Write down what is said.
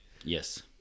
Yes